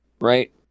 Right